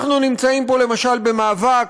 אנחנו נמצאים פה למשל במאבק,